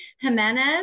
Jimenez